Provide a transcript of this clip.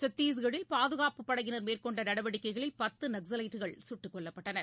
சத்தீஸ்கட்டில் பாதுகாப்பு படையினர் மேற்கொண்ட நடவடிக்கைகளில் பத்து நக்ஸவைட்டுகள் சுட்டுக் கொல்லப்பட்டனர்